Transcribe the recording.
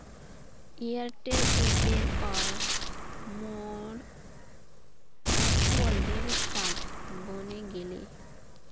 Airtel ऐपेर पर मोर वर्चुअल डेबिट कार्ड बने गेले